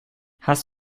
hast